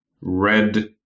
red